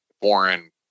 foreign